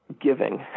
giving